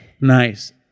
nice